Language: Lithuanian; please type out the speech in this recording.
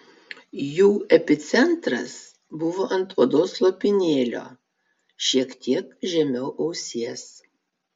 jų epicentras buvo ant odos lopinėlio šiek tiek žemiau ausies